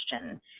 question